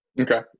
Okay